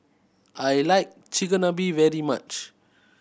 I like Chigenabe very much